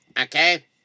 Okay